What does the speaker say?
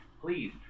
Please